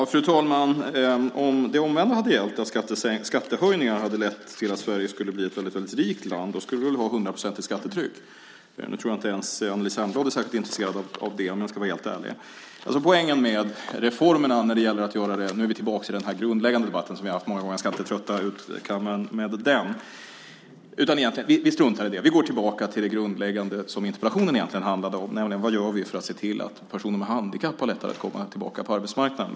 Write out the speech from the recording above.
Fru talman! Om det omvända hade gällt, att skattehöjningar hade lett till att Sverige skulle bli ett väldigt rikt land, skulle vi väl ha ett hundraprocentigt skattetryck. Jag tror att inte ens Anneli Särnblad är särskilt intresserad av det, om jag ska vara helt ärlig. Nu är vi tillbaka i den grundläggande debatten som vi har haft många gånger. Jag ska inte trötta ut kammaren med den, utan vi struntar i den och går tillbaka till det grundläggande som interpellationen handlar om, nämligen vad vi gör för att se till att personer med handikapp har lättare att komma tillbaka på arbetsmarknaden.